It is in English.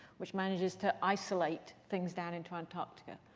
which manages to isolate things down into antarctica.